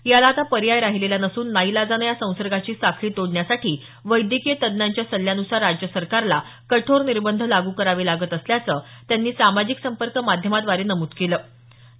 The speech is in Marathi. याला आता पर्याय राहिलेला नसून नाईलाजानं या संसर्गाची साखळी तोडण्यासाठी वैद्यकीय तज्ज्ञांच्या सल्ल्यानुसार राज्य सरकारला कठोर निर्बंध लागू करावे लागत असल्याचं त्यांनी सामाजिक संपर्क माध्यमांद्वारे नमूद केलं आहे